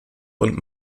und